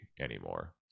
anymore